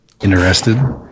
interested